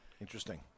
interesting